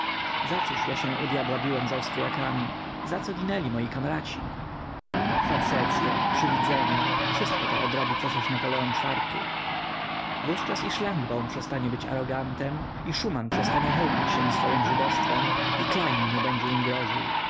cóż ja się u dyabła biłem z austryakami za co ginęli moi kamraci facecye przywidzenia wszystko to odrobi cesarz napoleon iv-ty wówczas i szlangbaum przestanie być arogantem i szuman przestanie chełpić się swojem żydowstwem i klejn nie będzie im groził